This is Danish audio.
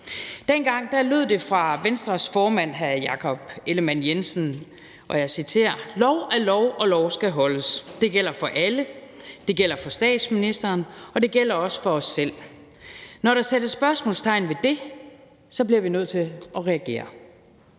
Dengang lød det fra Venstres formand, hr. Jakob Ellemann-Jensen, og jeg citerer: »Lov er lov, og lov skal holdes. Det gælder for alle. Det gælder for statsministeren, og det gælder også for os selv. Når der sættes spørgsmålstegn ved det, bliver vi nødt til at reagere.«